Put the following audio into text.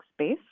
space